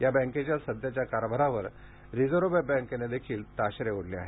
या बँकेच्या सध्याच्या कारभारावर रिझर्व्ह बँकेनं देखील ताशेरे ओढले आहेत